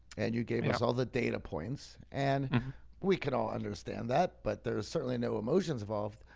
and you gave us all the data points and we can all understand that, but there's certainly no emotions involved.